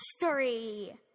History